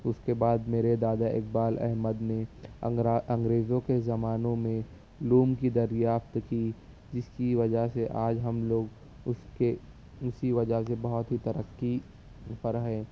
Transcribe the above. اس کے بعد میرے دادا اقبال احمد نے انگرا انگریزوں کے زمانوں میں مونگ کی دریافت کی جس کی وجہ سے آج ہم لوگ اس کے اسی وجہ سے بہت ہی ترقی پر ہیں